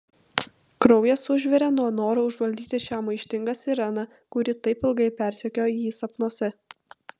kraujas užvirė nuo noro užvaldyti šią maištingą sireną kuri taip ilgai persekiojo jį sapnuose